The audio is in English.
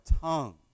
tongue